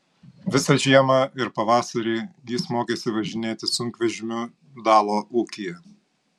visą žiemą ir pavasarį jis mokėsi važinėti sunkvežimiu dalo ūkyje